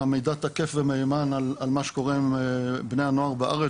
מידע תקף ומהימן על מה שקורה עם בני הנוער בארץ,